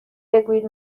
بگویید